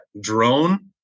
drone